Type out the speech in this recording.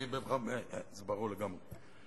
זה ברור לגמרי.